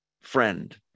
friend